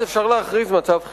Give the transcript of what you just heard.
אז אפשר להכריז מצב חירום.